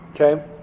Okay